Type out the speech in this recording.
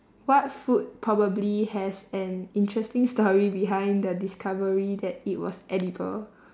what food probably has an interesting story behind the discovery that it was edible